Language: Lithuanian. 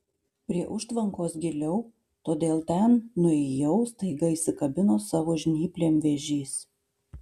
prie užtvankos giliau todėl ten nuėjau staiga įsikabino savo žnyplėm vėžys